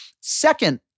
Second